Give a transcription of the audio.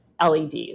LEDs